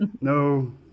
no